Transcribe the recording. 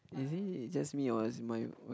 is it just me or is my